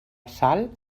sal